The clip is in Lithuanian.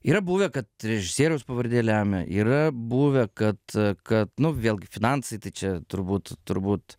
yra buvę kad režisieriaus pavardė lemia yra buvę kad kad nu vėlgi finansai tai čia turbūt turbūt